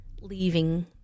leaving